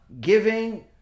giving